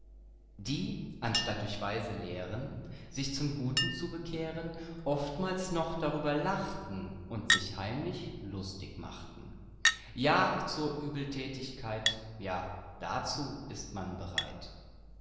die anstatt durch weise lehren sich zum guten zu bekehren oftmals noch darüber lachten und sich heimlich lustig machten ja zur übeltätigkeit ja dazu ist man bereit